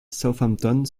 southampton